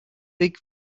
big